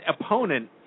opponent